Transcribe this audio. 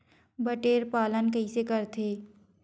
बटेर पालन कइसे करथे?